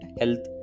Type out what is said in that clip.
health